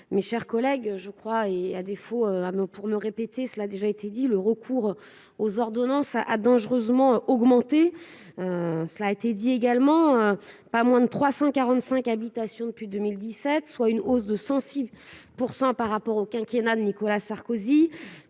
mes chers collègues, je crois, et à défaut, à me pour me répéter cela a déjà été dit le recours aux ordonnances a dangereusement augmenté, cela a été dit également : pas moins de 345 habitations depuis 2017, soit une hausse de sensible % par rapport au quinquennat de Nicolas Sarkozy